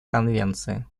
конвенции